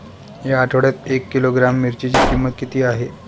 या आठवड्यात एक किलोग्रॅम मिरचीची किंमत किती आहे?